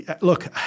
Look